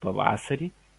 pavasarį